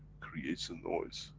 creates a noise,